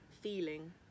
feeling